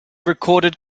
recorded